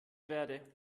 verde